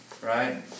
Right